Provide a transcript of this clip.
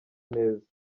neza